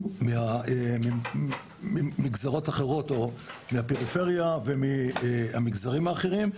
מגזרות אחרות, מהפריפריה ומהמגזרים האחרים.